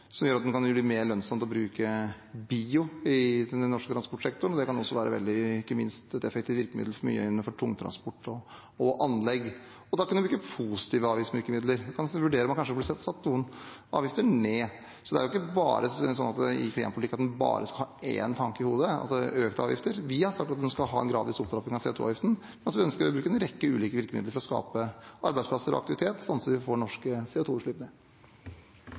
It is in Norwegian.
det mer lønnsomt å bruke bio i den norske transportsektoren. Det kan også være et veldig effektivt virkemiddel for mye innenfor tungtransport og anlegg. Da kan vi bruke positive avgiftsvirkemidler og vurdere om man kanskje burde sette noen avgifter ned. Det er ikke sånn i klimapolitikk at man bare skal ha én tanke i hodet: økte avgifter. Vi har sagt at man skal ha en gradvis opptrapping av CO 2 -avgiften, og så ønsker vi å bruke en rekke ulike virkemidler til å skape arbeidsplasser og aktivitet samtidig som vi får norske